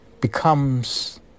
becomes